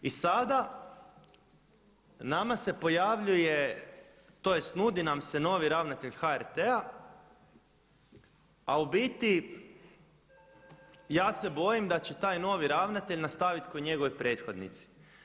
I sada nama se pojavljuje tj. nudi nam se novi ravnatelj HRT-a, a u biti ja se bojim da će taj novi ravnatelj nastaviti kao njegovi prethodnici.